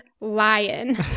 lion